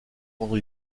rendre